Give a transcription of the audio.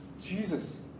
Jesus